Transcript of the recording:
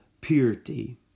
purity